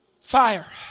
Fire